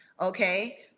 Okay